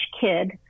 kid